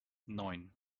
neun